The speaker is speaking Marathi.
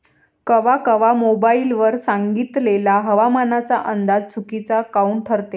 कवा कवा मोबाईल वर सांगितलेला हवामानाचा अंदाज चुकीचा काऊन ठरते?